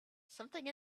something